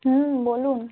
হুম বলুন